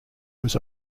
was